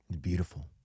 Beautiful